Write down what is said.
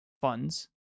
funds